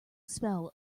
spell